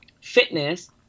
fitness